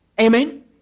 Amen